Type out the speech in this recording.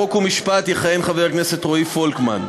חוק ומשפט יכהן חבר הכנסת רועי פולקמן,